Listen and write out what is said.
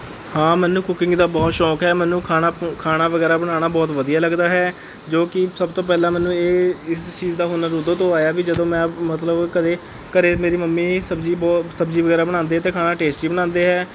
ਹਾਂ ਮੈਨੂੰ ਕੁਕਿੰਗ ਦਾ ਬਹੁਤ ਸ਼ੌਂਕ ਹੈ ਮੈਨੂੰ ਖਾਣਾ ਖਾਣਾ ਵਗੈਰਾ ਬਣਾਉਣਾ ਬਹੁਤ ਵਧੀਆ ਲੱਗਦਾ ਹੈ ਜੋ ਕਿ ਸਭ ਤੋਂ ਪਹਿਲਾਂ ਮੈਨੂੰ ਇਹ ਇਸ ਚੀਜ਼ ਦਾ ਹੁਨਰ ਉਦੋਂ ਤੋਂ ਆਇਆ ਵੀ ਜਦੋਂ ਮੈਂ ਮਤਲਬ ਕਦੇ ਘਰੇ ਮੇਰੀ ਮੰਮੀ ਸਬਜ਼ੀ ਬਹੁ ਸਬਜ਼ੀ ਵਗੈਰਾ ਬਣਾਉਂਦੇ ਅਤੇ ਖਾਣਾ ਟੇਸਟੀ ਬਣਾਉਂਦੇ ਹੈ